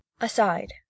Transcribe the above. Aside